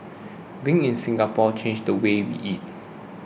being in Singapore changed the way we eat